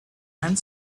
and